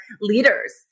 leaders